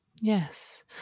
yes